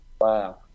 wow